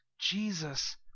Jesus